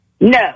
No